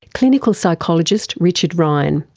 clinical psychologist richard ryan,